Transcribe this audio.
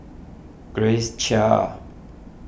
Grace Chia